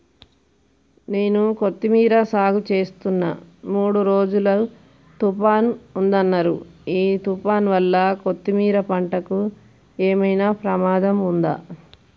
నేను కొత్తిమీర సాగుచేస్తున్న మూడు రోజులు తుఫాన్ ఉందన్నరు ఈ తుఫాన్ వల్ల కొత్తిమీర పంటకు ఏమైనా ప్రమాదం ఉందా?